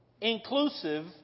inclusive